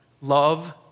Love